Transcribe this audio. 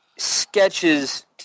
sketches